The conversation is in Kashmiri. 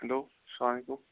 ہیٚلو السلامُ علیکُم